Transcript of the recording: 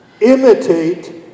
Imitate